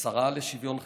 השרה לשוויון חברתי,